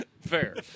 Fair